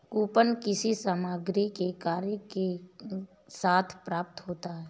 coupon किसी सामग्री के क्रय के साथ प्राप्त होता है